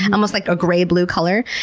and almost like a gray blue color.